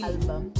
Album